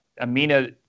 Amina